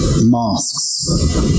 Masks